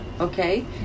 okay